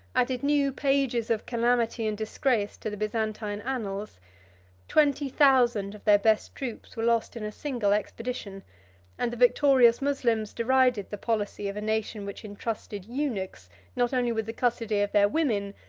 added new pages of calamity and disgrace to the byzantine annals twenty thousand of their best troops were lost in a single expedition and the victorious moslems derided the policy of a nation which intrusted eunuchs not only with the custody of their women,